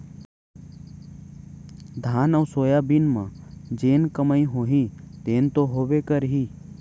धान अउ सोयाबीन म जेन कमाई होही तेन तो होबे करही